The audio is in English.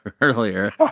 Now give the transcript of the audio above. earlier